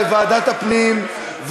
לוועדת הפנים,